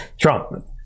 Trump